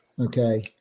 Okay